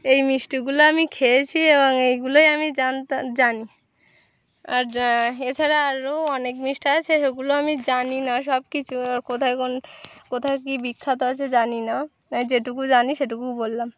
এই মিষ্টিগুলো আমি খেয়েছি এবং এইগুলোই আমি জানত জানি আর এছাড়া আরও অনেক মিষ্টি আছে সেগুলো আমি জানি না সব কিছু কোথায় কোন কোথায় কী বিখ্যাত আছে জানি না যেটুকু জানি সেটুকু বললাম